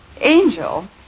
Angel